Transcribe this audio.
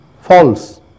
false